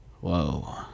Whoa